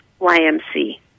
YMC